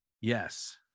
Yes